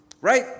right